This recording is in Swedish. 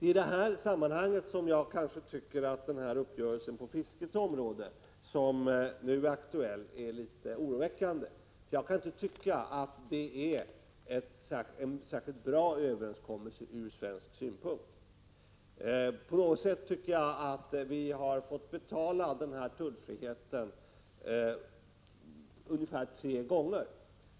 I det här sammanhanget kan jag säga att uppgörelsen på fiskets område, som nu är aktuell, är litet oroväckande. Jag kan inte tycka att det är en särskilt bra överenskommelse ur svensk synpunkt. På något sätt har vi fått betala tullfriheten ungefär tre gånger.